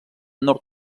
nord